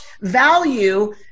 value